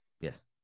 Yes